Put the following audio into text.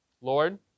Lord